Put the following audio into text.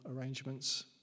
arrangements